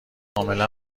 کاملا